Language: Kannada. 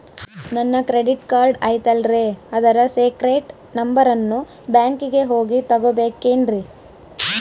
ನನ್ನ ಕ್ರೆಡಿಟ್ ಕಾರ್ಡ್ ಐತಲ್ರೇ ಅದರ ಸೇಕ್ರೇಟ್ ನಂಬರನ್ನು ಬ್ಯಾಂಕಿಗೆ ಹೋಗಿ ತಗೋಬೇಕಿನ್ರಿ?